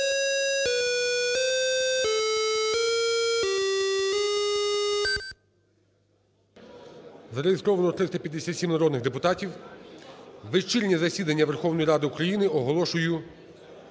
Зареєструвалося 357 народних депутатів. Вечірнє засідання Верховної Ради України оголошую